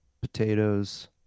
potatoes